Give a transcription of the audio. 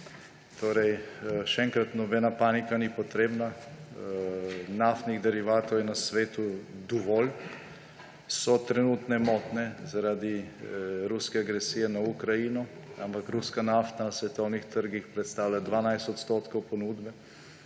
držijo. Še enkrat, nobena panika ni potrebna. Naftnih derivatov je na svetu dovolj. So trenutne motnje zaradi ruske agresije na Ukrajino, ampak ruska nafta na svetovnih trgih predstavlja 12 odstotkov ponudbe,